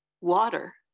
water